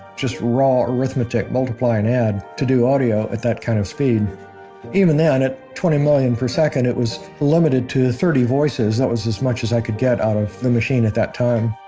just raw arithmetic, multiply and add, to do audio at that kind of speed even then at twenty million per second it was limited to thirty voices, that was as much as i could get out of the machine at that time